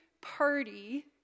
party